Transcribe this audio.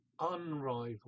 Unrivaled